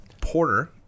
porter